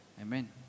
Amen